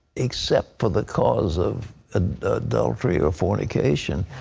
except for the cause of ah adultery or fornication,